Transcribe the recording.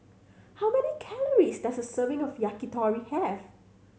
how many calories does a serving of Yakitori have